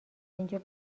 اینجا